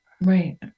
Right